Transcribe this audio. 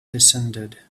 descended